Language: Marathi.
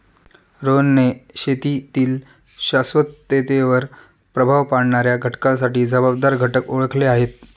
रोहनने शेतीतील शाश्वततेवर प्रभाव पाडणाऱ्या घटकांसाठी जबाबदार घटक ओळखले आहेत